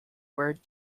word